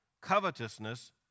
covetousness